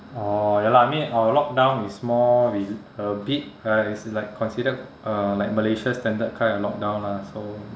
oh ya lah I mean our lockdown is more re~ a bit ya it's like considered uh like malaysia standard kinda lockdown lah so